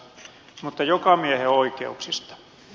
mutta jokamiehenoikeuksista